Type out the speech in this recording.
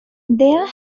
there